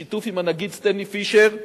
בשיתוף עם הנגיד סטנלי פישר,